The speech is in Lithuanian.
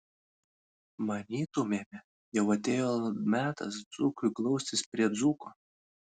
manytumėme jau atėjo metas dzūkui glaustis prie dzūko